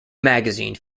magazine